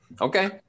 Okay